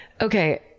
okay